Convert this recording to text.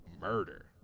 murder